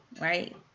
Right